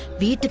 the